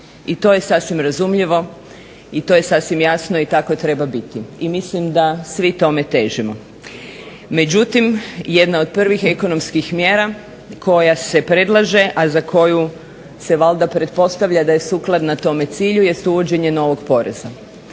I to je sasvim razumljivo i to je sasvim jasno i tako treba biti. I mislim da svi tome težimo. Međutim, jedna od prvih ekonomskih mjera koja se predlaže, a za koju se valjda pretpostavlja da je sukladna tome cilju jest uvođenje novog poreza.